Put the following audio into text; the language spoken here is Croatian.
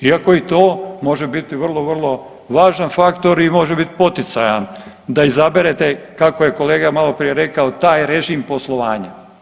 Iako i to može biti vrlo, vrlo važan faktor i može biti poticajan da izaberete kako je kolega maloprije rekao taj režim poslovanja.